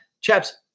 chaps